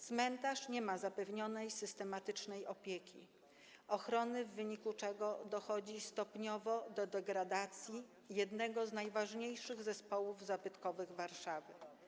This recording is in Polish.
Cmentarz nie ma zapewnionej systematycznej opieki, ochrony, w wyniku czego dochodzi stopniowo do degradacji jednego z najważniejszych zespołów zabytkowych Warszawy.